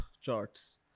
charts